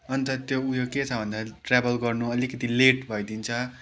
अन्त त्यो उयो के छ भन्दा ट्राभल गर्नु अलिकति लेट भइदिन्छ